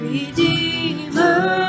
Redeemer